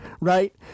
Right